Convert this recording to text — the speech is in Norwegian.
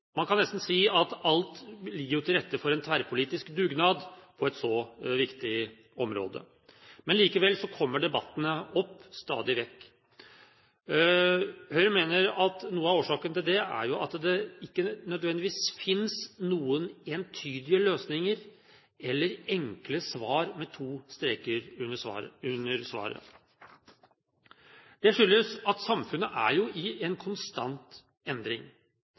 Man kan nesten si at alt ligger til rette for en tverrpolitisk dugnad på et så viktig område. Men likevel kommer debattene opp stadig vekk. Høyre mener at noe av årsaken til det er at det ikke nødvendigvis finnes noen entydige løsninger eller enkle svar med to streker under svaret. Det skyldes at samfunnet er i konstant endring.